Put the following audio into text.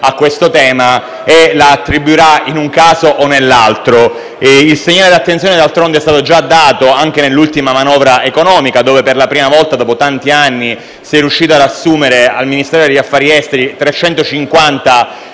al tema, e lo farà in un caso o nell'altro. Il segnale di attenzione, d'altronde, è stato già dato anche nell'ultima manovra economica, attraverso la quale, per la prima volta dopo tanti anni, si è riusciti ad assumere al Ministro degli affari esteri 350